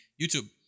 YouTube